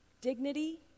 dignity